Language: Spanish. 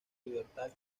libertad